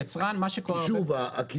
כי שוב,